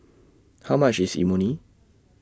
How much IS Imoni